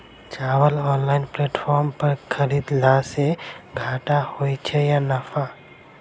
चावल online platform पर खरीदलासे घाटा होइ छै या नफा?